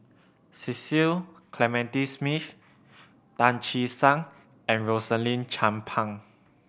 Cecil Clementi Smith Tan Che Sang and Rosaline Chan Pang